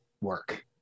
work